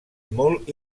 molt